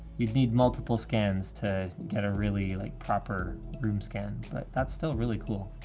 you'd need multiple scans to get a really like proper room scan, but that's still really cool.